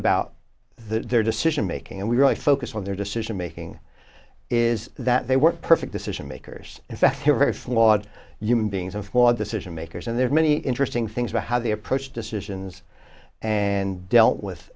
about their decision making and we really focused on their decision making is that they weren't perfect decision makers in fact they're very flawed human beings and flawed decision makers and there are many interesting things about how they approach decisions and dealt with